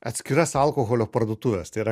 atskiras alkoholio parduotuves tai yra